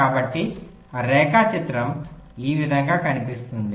కాబట్టి రేఖాచిత్రంగా ఇది ఇలా కనిపిస్తుంది